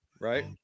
right